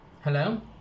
Hello